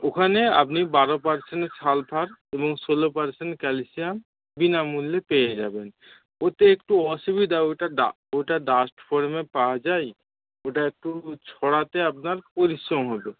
ওখানে আপনি বারো পার্সেন্ট সালফার এবং ষোলো পার্সেন্ট ক্যালশিয়াম বিনামূল্যে পেয়ে যাবেন ওতে একটু অসুবিধা ওটা ডা ওটা ডাস্ট ফর্মে পাওয়া যায় ওটা একটু ছড়াতে আপনার পরিশ্রম হবে